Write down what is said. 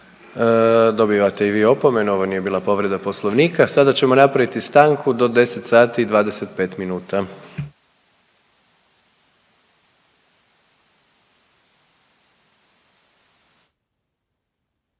Dobivate i vi opomenu ovo nije bila povreda Poslovnika. Sad ćemo napraviti stanku do 10 sati i 25 minuta.